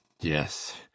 yes